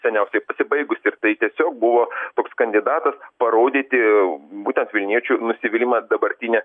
seniausiai pasibaigus ir tai tiesiog buvo toks kandidatas parodyti būtent vilniečių nusivylimą dabartine